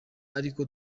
ariko